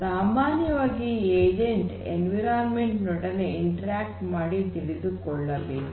ಸಾಮಾನ್ಯವಾಗಿ agent environment ನೊಡನೆ interact ಮಾಡಿ ತಿಳಿದುಕೊಳ್ಳಬೇಕು